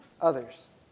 others